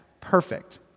perfect